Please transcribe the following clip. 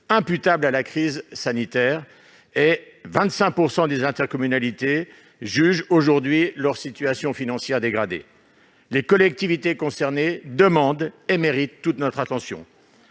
imputables à la crise sanitaire. Par ailleurs, 25 % des intercommunalités jugent aujourd'hui que leur situation financière est dégradée. Les collectivités concernées demandent et méritent toute notre attention.